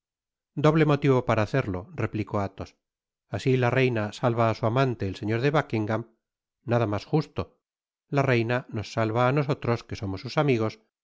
doble motivo para hacerlo replicó athos asi ta reina salva á su amante el señor de buckingam nada mas justo la reina nos salva á nosotros que somos sus amigos